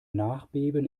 nachbeben